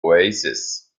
oasis